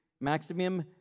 Maximum